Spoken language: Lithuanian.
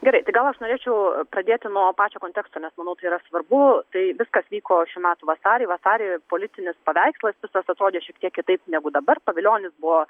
gerai tai gal aš norėčiau pradėti nuo pačio konteksto nes manau tai yra svarbu tai viskas vyko šių metų vasarį vasarį politinis paveikslas visas atrodė šiek tiek kitaip negu dabar pavilionis buvo